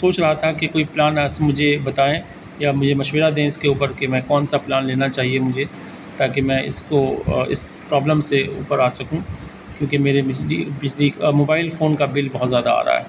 سوچ رہا تھا کہ کوئی پلان ایسا مجھے بتائیں یا مجھے مشورہ دیں اس کے اوپر کہ میں کون سا پلان لینا چاہیے مجھے تاکہ میں اس کو اس پرابلم سے اوپر آ سکوں کیونکہ میرے بجلی بجلی کا موبائل فون کا بل بہت زیادہ آ رہا ہے